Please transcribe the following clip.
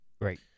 Right